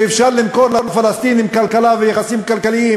שאפשר למכור לפלסטינים כלכלה ויחסים כלכליים